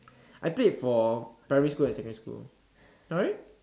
I played for primary school and secondary school sorry